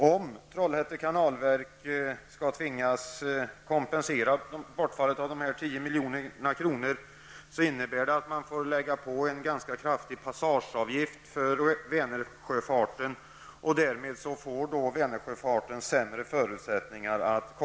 Om Trollhätte kanalverk skall tvingas kompensera bortfallet av de 10 miljonerna, innebär det att man måste lägga på en ganska kraftig passageavgift för Vänersjöfarten.